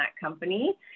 company